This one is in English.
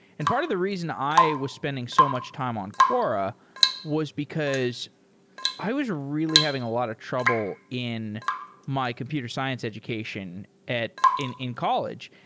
and part of the reason i was spending so much time on quora was because i was really having a lot of trouble in my computer science education in in college.